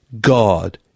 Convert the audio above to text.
God